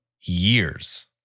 years